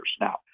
now